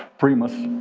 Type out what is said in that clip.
primas,